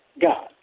God